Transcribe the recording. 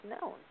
known